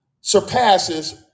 surpasses